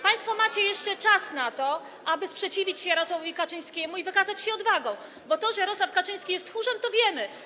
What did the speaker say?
Państwo macie jeszcze czas na to, aby sprzeciwić się Jarosławowi Kaczyńskiemu i wykazać się odwagą, bo to, że Jarosław Kaczyński jest tchórzem, to wiemy.